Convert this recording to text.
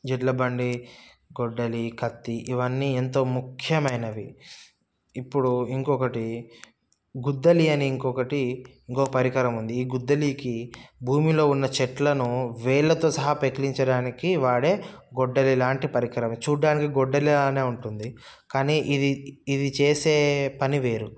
ఎద్దుల బండి గొడ్డలి కత్తి ఇవన్నీ ఎంతో ముఖ్యమైనవి ఇప్పుడు ఇంకొకటి గుద్దలి అని ఇంకొకటి ఇంకొక పరికరం ఉంది ఈ గుద్దలీకి భూమిలో ఉన్న చెట్లను వేళ్ళతో సహా పెకిలించడానికి వాడే గొడ్డలి లాంటి పరికరం చూడడానికి గొడ్డలిలానే ఉంటుంది కానీ ఇది ఇది చేసే పని వేరు